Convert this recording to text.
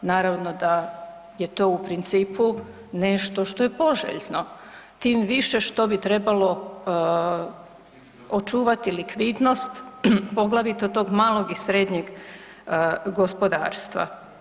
Naravno da je to u principu nešto što je poželjno, tim više što bi trebalo očuvati likvidnost poglavito tog malog i srednjeg gospodarstva.